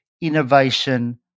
innovation